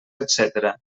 etcètera